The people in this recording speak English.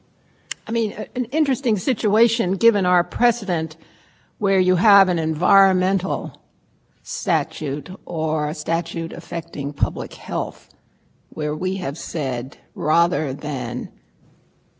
situation given our president where you have an environmental statute or a statute affecting public health where we have said rather than go back to square